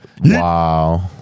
Wow